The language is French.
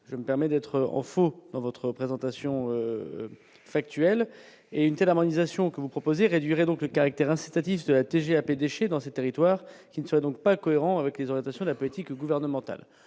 je me permet d'être en photo dans votre présentation factuelle et une telle harmonisation que vous proposez réduirait donc le caractère incitatif de la TGAP déchets dans ces territoires qui ne serait donc pas cohérent avec les orientations de la politique gouvernementale,